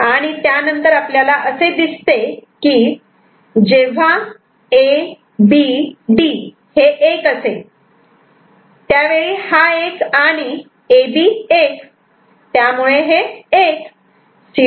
आणि त्यानंतर आपल्याला असे दिसते की जेव्हा A B D 1 असेल त्यावेळी हा एक आणि A B 1 त्यामुळे 1